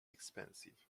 expensive